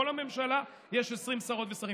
בכל הממשלה יש 20 שרות ושרים.